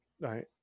right